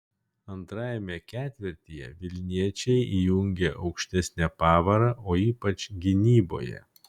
antrajame ketvirtyje vilniečiai įjungė aukštesnę pavarą o ypač gynyboje